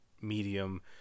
medium